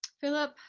philip,